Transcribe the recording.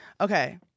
okay